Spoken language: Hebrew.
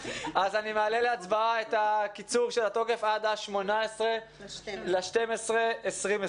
אני מעלה להצבעה את הקיצור של התוקף עד ה-18 בדצמבר 2020